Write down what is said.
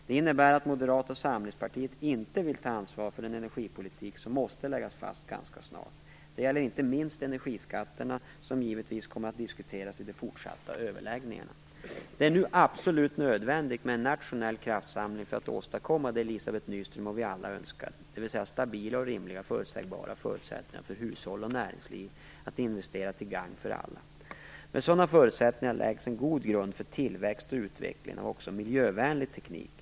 Det innebär att moderata samlingspartiet inte vill ta ansvar för den energipolitik som måste läggas fast ganska snart. Det gäller inte minst energiskatterna, som givetvis kommer att diskuteras i de fortsatta överläggningarna. Det är nu absolut nödvändigt med en nationell kraftsamling för att åstadkomma det Elizabeth Nyström och vi alla önskar, dvs. stabila och rimligt förutsägbara förutsättningar för hushåll och näringsliv att investera till gagn för alla. Med sådana förutsättningar läggs en god grund för tillväxt och utveckling också av miljövänlig teknik.